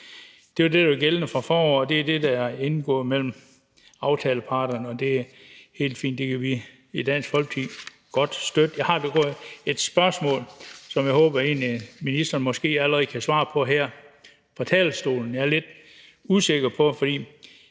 Det var det, der var gældende i foråret, og det er det, der er aftalt mellem aftaleparterne, og det er helt fint. Det kan vi i Dansk Folkeparti godt støtte. Jeg har dog et spørgsmål, som jeg håber ministeren måske allerede kan svare på her fra talerstolen. Jeg er lidt usikker på det,